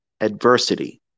adversity